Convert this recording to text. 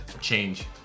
Change